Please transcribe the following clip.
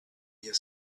your